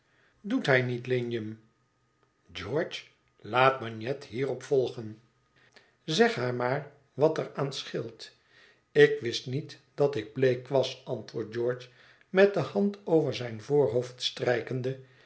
doet hij niet lignum george laat bagnet hierop volgen zeg haar maar wat er aan scheelt ik wist niet dat ik bleek was antwoordt george met de hand over zijn voorhoofd strijkende